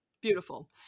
Beautiful